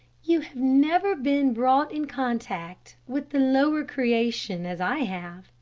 you have never been brought in contact with the lower creation as i have,